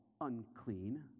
unclean